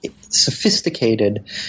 sophisticated